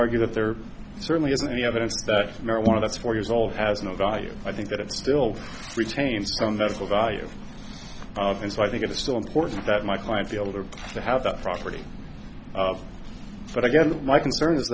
argue that there certainly isn't any evidence that marijuana that's four years old has no value i think that it still retains some vessel value and so i think it's still important that my client fielder to have that property but again my concern i